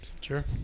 Sure